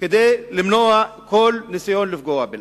למנוע כל ניסיון לפגוע באל-אקצא.